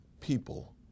people